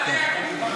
מה אני אגיד?